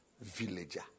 Villager